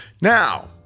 Now